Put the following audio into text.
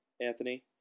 Anthony